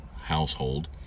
household